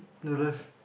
noodles